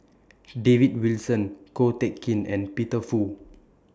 David Wilson Ko Teck Kin and Peter Fu